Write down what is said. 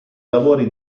lavori